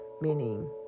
Meaning